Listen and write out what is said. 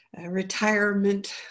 retirement